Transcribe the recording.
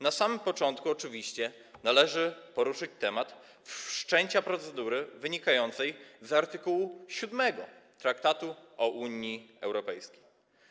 Na samym początku oczywiście należy poruszyć temat wszczęcia procedury wynikającej z art. 7 Traktatu o Unii Europejskiej.